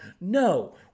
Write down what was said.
No